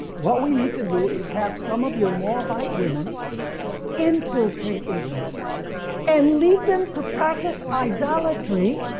what we need to do is have some of your moabite women infiltrate israel and lead them to practice idolatry,